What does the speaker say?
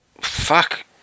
Fuck